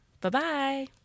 Bye-bye